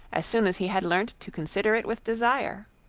as soon as he had learnt to consider it with desire.